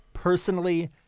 Personally